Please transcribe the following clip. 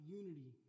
unity